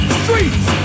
streets